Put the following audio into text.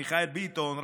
מיכאל ביטון,